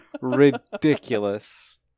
ridiculous